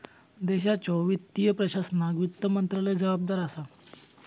देशाच्यो वित्तीय प्रशासनाक वित्त मंत्रालय जबाबदार असा